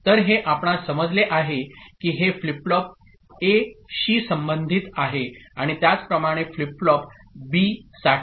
तर हे आपणास समजले आहे की हे फ्लिप फ्लॉप एशी संबंधित आहे आणि त्याचप्रमाणे फ्लिप फ्लॉप बी साठी